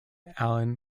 allen